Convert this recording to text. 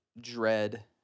dread